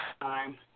time